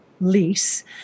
lease